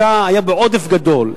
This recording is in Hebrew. היו בעודף גדול.